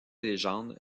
légende